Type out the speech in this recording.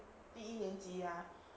第一年级